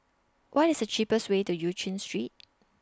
What IS The cheapest Way to EU Chin Street